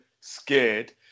scared